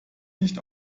nicht